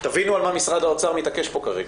תבינו על מה משרד האוצר מתעקש פה כרגע.